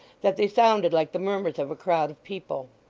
that they sounded like the murmurs of a crowd of people.